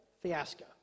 fiasco